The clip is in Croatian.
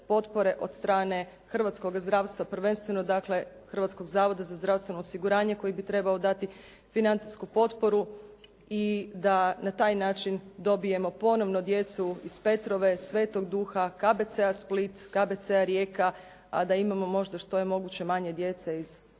od strane hrvatskoga zdravstva prvenstveno dakle Hrvatskog zavoda za zdravstveno osiguranje koji bi trebao dati financijsku potporu i da na taj način dobijemo ponovno djecu iz Petrove, Svetog Duha, KBC-a Split, KBC-a Rijeka a da imamo možda što je moguće manje djece iz Beča,